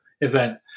event